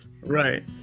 right